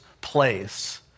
place